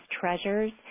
treasures